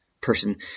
person